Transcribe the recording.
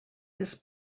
this